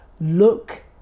look